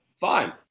Fine